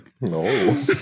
No